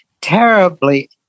terribly